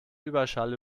überschall